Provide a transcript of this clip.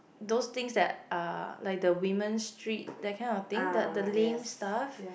those things that are like the women's street that kind of thing the lame stuff